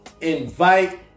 invite